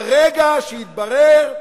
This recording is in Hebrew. ברגע שיתברר,